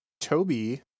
Toby